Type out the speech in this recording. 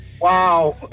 wow